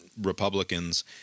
Republicans